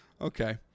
Okay